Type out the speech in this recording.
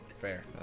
Fair